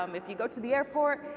um if you go to the airport,